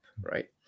right